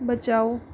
बचाओ